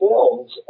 films